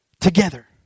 together